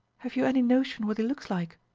have you any notion what he looks like?